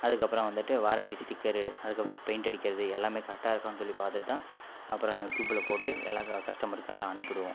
அதுக்கப்பறம் வந்துட்டு warranty sticker அதுக்கப்பறம் பெயிண்ட் அடிக்கிறது எல்லாமே கரெக்டாக இருக்கான்னு சொல்லி பார்த்துட்தான் அப்பறம் நாங்கள் டியூப்பில் போட்டு எல்லா கஸ்டமருக்கெல்லாம் அனுப்பிடுவோம்